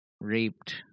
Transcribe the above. raped